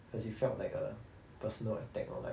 cause it felt like a personal attack or like